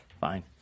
Fine